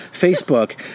Facebook